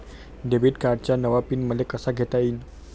Debit कार्डचा नवा PIN मले कसा घेता येईन?